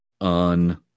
on